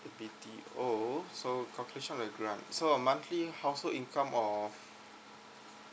B_T_O so calculation of grant so your monthly household income of